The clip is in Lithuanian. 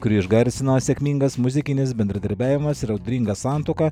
kurį išgarsino sėkmingas muzikinis bendradarbiavimas ir audringa santuoka